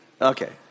okay